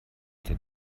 der